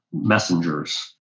messengers